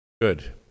Good